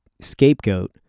scapegoat